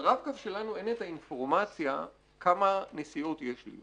ברב קו שלנו אין את האינפורמציה כמה נסיעות יש לי,